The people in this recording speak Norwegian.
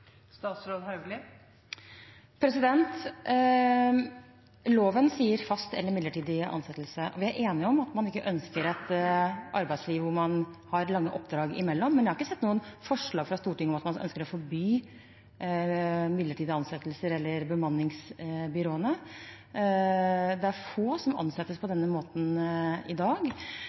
Loven sier «fast» eller «midlertidig» ansettelse, og vi er enige om at vi ikke ønsker et arbeidsliv hvor man har lange opphold mellom oppdragene, men jeg har ikke sett noen forslag fra Stortinget om at man ønsker å forby midlertidige ansettelser eller bemanningsbyråene. Det er få som ansettes på denne måten i dag.